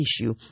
issue